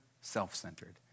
self-centered